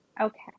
Okay